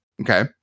okay